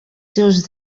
seus